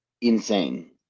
insane